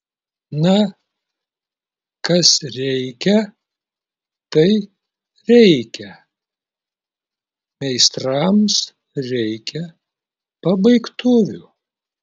na kas reikia tai reikia meistrams reikia pabaigtuvių